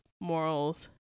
morals